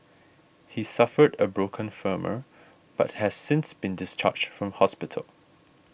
he suffered a broken femur but has since been discharged from hospital